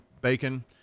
bacon